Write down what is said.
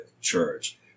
church